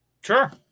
Sure